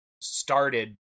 started